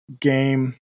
game